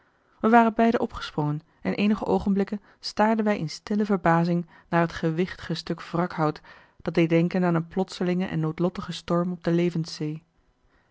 wij waren beiden opgesprongen en eenige oogenblikken staarden wij in stille verbazing naar het gewichtige stuk wrakhout dat deed denken aan een plotselingen en noodlottigen storm op de